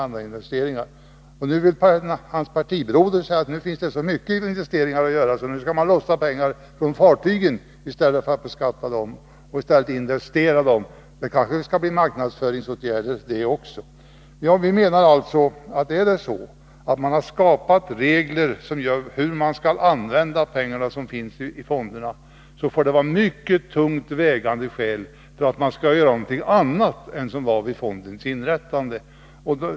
Nu säger Nr 113 hans partibroder att det finns så stora behov av investeringar, att man vill lösgöra pengar från fartygen och investera dem på annat i stället för att beskatta dem. Det kanske skall bli marknadsföringsåtgärder för de pengarna också. Vi menar att om man har skapat regler för hur pengarna i fonderna skall användas, måste det finnas mycket tungt vägande skäl för att pengarna skall få användas till något annat än det som avsågs då fonderna inrättades.